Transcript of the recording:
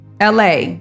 LA